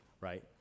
right